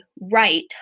right